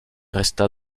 resta